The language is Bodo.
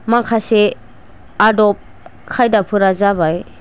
माखासे आदब खायदाफोरा जाबाय